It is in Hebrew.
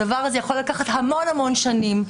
הדבר הזה יכול לקחת המון המון שנים.